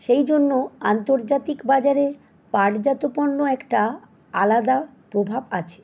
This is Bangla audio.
সেই জন্য আন্তর্জাতিক বাজারে পাটজাত পণ্যের একটা আলাদা প্রভাব আছে